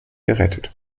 gerettet